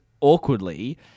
awkwardly